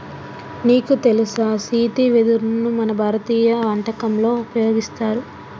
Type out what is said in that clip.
నీకు తెలుసా సీతి వెదరును మన భారతీయ వంటకంలో ఉపయోగిస్తారు